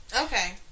Okay